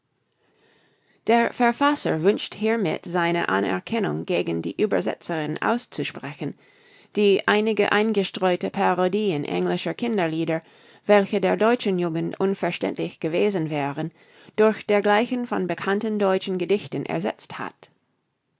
der verfasser wünscht hiermit seine anerkennung gegen die uebersetzerin auszusprechen die einige eingestreute parodien englischer kinderlieder welche der deutschen jugend unverständlich gewesen wären durch dergleichen von bekannten deutschen gedichten ersetzt hat